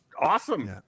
awesome